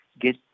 get